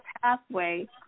pathway